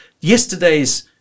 yesterday's